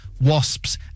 wasps